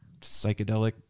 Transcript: psychedelic